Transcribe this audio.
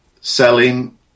selling